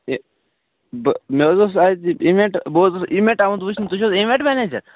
ہَے بہٕ مےٚ حظ اوس اَتہِ اِیویٚنٛٹ بہٕ اوسُس اِیویٚنٛٹ آمُت وُچھنہِ تُہۍ چھِو حظ اِیویٚنٛٹ منیجَر